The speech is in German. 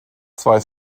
zwei